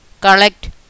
collect